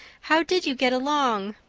how did you get along?